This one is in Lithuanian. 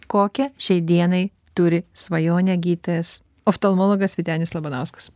kokią šiai dienai turi svajonę gydytojas oftalmologas vytenis labanauskas